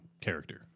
character